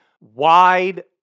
wide